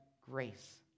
grace